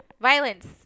violence